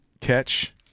catch